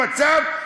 במצב,